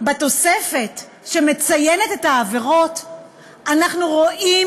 בתוספת שמציינת את העבירות אנחנו רואים